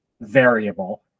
variable